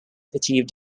achieved